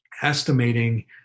estimating